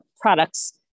products